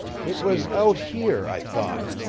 it was out here, i thought,